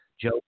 Joe